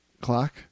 clock